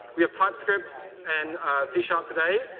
we have typescript and c so um today.